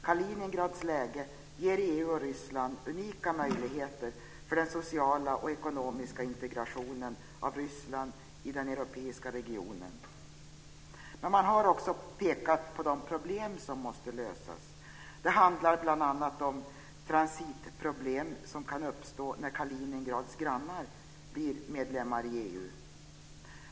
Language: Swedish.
Kaliningrads läge ger EU och Ryssland unika möjligheter för den sociala och ekonomiska integrationen av Ryssland i den europeiska regionen. Men man har också pekat på de problem som måste lösas. Det handlar bl.a. om transitproblem som kan uppstå när Kaliningrads grannar blir medlemmar i EU.